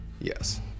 yes